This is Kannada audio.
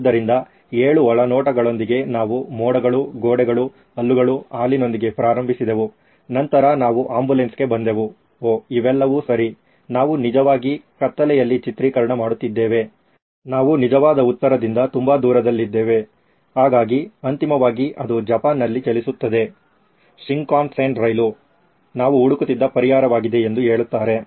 ಆದ್ದರಿಂದ 7 ಒಳನೋಟಗಳೊಂದಿಗೆ ನಾವು ಮೋಡಗಳು ಗೋಡೆಗಳು ಹಲ್ಲುಗಳು ಹಾಲಿನೊಂದಿಗೆ ಪ್ರಾರಂಭಿಸಿದೆವು ನಂತರ ನಾವು ಆಂಬ್ಯುಲೆನ್ಸ್ಗೆ ಬಂದೆವು ಓಹ್ ಇವೆಲ್ಲವೂ ಸರಿ ನಾವು ನಿಜವಾಗಿ ಕತ್ತಲೆಯಲ್ಲಿ ಚಿತ್ರೀಕರಣ ಮಾಡುತ್ತಿದ್ದೇವೆ ನಾವು ನಿಜವಾದ ಉತ್ತರದಿಂದ ತುಂಬಾ ದೂರದಲ್ಲಿದ್ದೇವೆ ಹಾಗಾಗಿ ಅಂತಿಮವಾಗಿ ಅದು ಜಪಾನ್ನಲ್ಲಿ ಚಲಿಸುತ್ತದೆ ಶಿಂಕಾನ್ಸೆನ್ ರೈಲು ನಾವು ಹುಡುಕುತ್ತಿದ್ದ ಪರಿಹಾರವಾಗಿದೆ ಎಂದು ಹೇಳುತ್ತಾರೆ